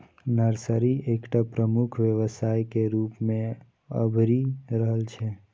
nursery एकटा प्रमुख व्यवसाय के रूप मे अभरि रहल छै